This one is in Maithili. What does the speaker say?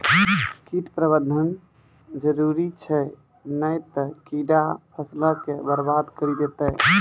कीट प्रबंधन जरुरी छै नै त कीड़ा फसलो के बरबाद करि देतै